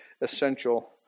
essential